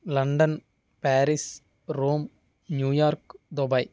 London Paris Rome New York Dubai